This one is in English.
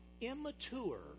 immature